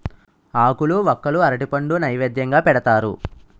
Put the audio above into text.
ఆకులు వక్కలు అరటిపండు నైవేద్యంగా పెడతారు